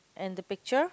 in the picture